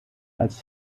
als